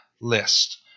list